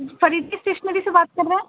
Faridi stationery سے بات کر رہے ہیں